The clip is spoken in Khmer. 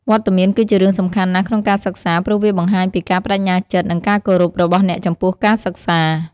វត្តមានគឺជារឿងសំខាន់ណាស់ក្នុងការសិក្សា ព្រោះវាបង្ហាញពីការប្តេជ្ញាចិត្ត និងការគោរពរបស់អ្នកចំពោះការសិក្សា។